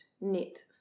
knit